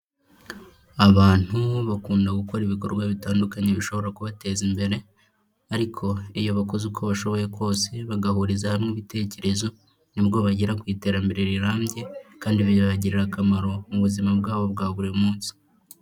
Abantu bakunda gukora ibikorwa bitandukanye bishobora kubateza imbere ariko iyo bakoze uko bashoboye kose bagahuriza hamwe ibitekerezo nibwo bagera ku iterambere rirambye kandi bibagirira akamaro mu buzima bwabo bwa buri munsi.